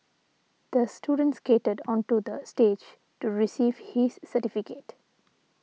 the student skated onto the stage to receive his certificate